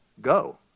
go